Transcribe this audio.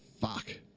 fuck